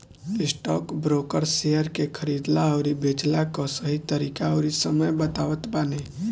stockbroker share के खरीदला अउरी बेचला कअ सही तरीका अउरी समय बतावत बाने